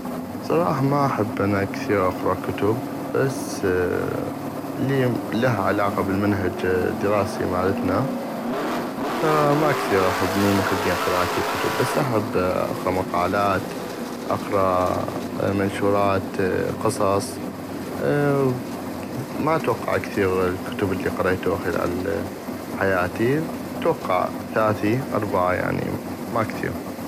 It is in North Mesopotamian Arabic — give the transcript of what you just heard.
بصراحة ما احب كثيغ اقرا كتب بسس الي لها علاقة بل المنهج مالتنا يعني ما كثيغ من المحبين قراءة الكتب بس احب اقرا مقالات اقرا منشورات قصص ما اتوقع كثيغ الكتب الي قريتوها خلال حياتي اتوقع ثاثي اربعة ما كثيغ.